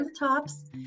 rooftops